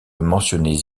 mentionnées